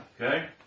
Okay